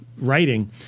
writing